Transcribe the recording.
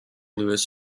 lewis